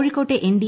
കോഴിക്കോട്ടെ എൻഡി